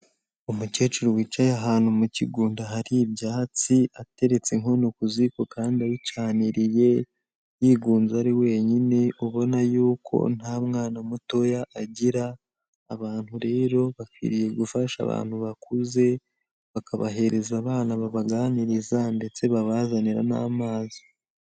Umukecuru wicaye ahantu mu kigunda hari ibyatsi ateretse inkono ku ziko kandi abicaniriye, yigunze ari wenyine ubona yuko nta mwana mutoya agira. Abantu rero bakwiriye gufasha abantu bakuze, bakabahereza abana babaganiriza ndetse babazanira n'amazi.